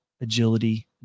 Agility